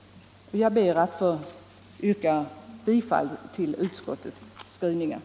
Jag ber att få yrka bifall till vad utskottet hemställt.